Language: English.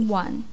one